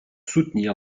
soutenir